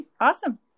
Awesome